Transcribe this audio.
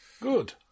Good